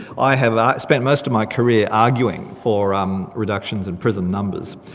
i have spent most of my career arguing for um reductions in prison numbers.